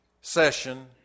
session